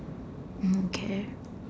okay